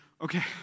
okay